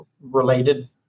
related